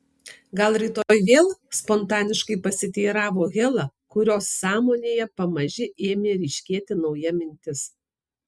gal rytoj vėl spontaniškai pasiteiravo hela kurios sąmonėje pamaži ėmė ryškėti nauja mintis